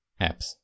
apps